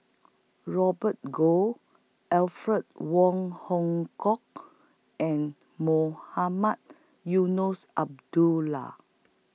Robert Goh Alfred Wong Hong Kwok and Mohamed Eunos Abdullah